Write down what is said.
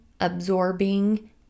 absorbing